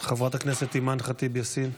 חברת הכנסת אימאן ח'טיב יאסין,